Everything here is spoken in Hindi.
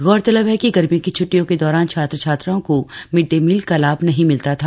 गौरतलब है कि गर्मी की छुट्टियों के दौरान छात्र छात्राओं को मिड डे मील का लाभ नहीं मिलता था